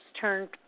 turn